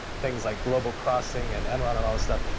things like global crossing and enron and all this stuff.